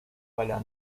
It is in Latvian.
vaļā